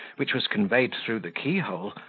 which was conveyed through the key-hole,